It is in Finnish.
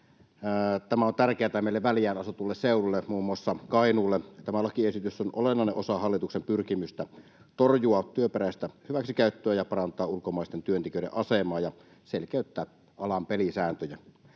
Tämä on tärkeätä meille, väljään asutulle seudulle, muun muassa Kainuulle. Tämä lakiesitys on olennainen osa hallituksen pyrkimystä torjua työperäistä hyväksikäyttöä ja parantaa ulkomaisten työntekijöiden asemaa ja selkeyttää alan pelisääntöjä.